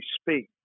speak